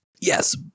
Yes